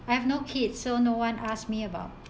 I have no kids so no one ask me about